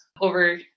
over